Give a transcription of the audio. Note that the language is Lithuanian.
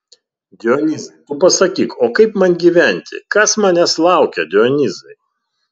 dionyzai tu pasakyk o kaip man gyventi kas manęs laukia dionyzai